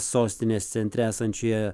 sostinės centre esančioje